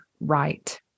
right